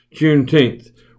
Juneteenth